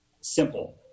simple